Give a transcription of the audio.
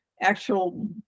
actual